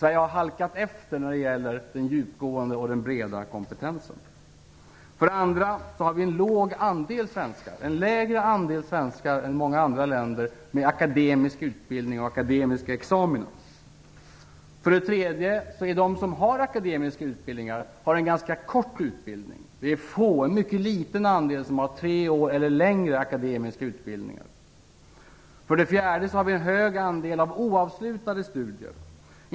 Sverige har halkat efter när det gäller en djupgående och bred kompetens. För det andra har Sverige en lägre andel än många andra länder av personer med akademisk utbildning och akademiska examina. För det tredje har de som har akademiska utbildningar ganska korta sådana. En mycket liten andel har en treårig eller längre akademisk utbildning. För det fjärde är andelen oavslutade studier stor i Sverige.